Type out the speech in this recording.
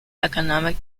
economic